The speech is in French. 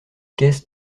caisse